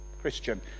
Christian